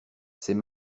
c’est